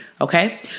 Okay